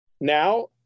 Now